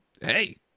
hey